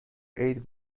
عید